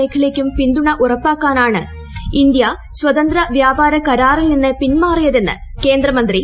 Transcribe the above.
മേഖലയ്ക്കും പിന്തുണ ഉറപ്പാക്കാനുട്ണ് ഇന്ത്യ സ്വതന്ത്ര വ്യാപാര കരാറിൽ നിന്ന് പിന്മാറിയതെന്ന് ക്ട്രൂന്ദ്രമ്പ്രി അമിത് ഷാ